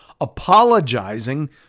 apologizing